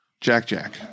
Jack-Jack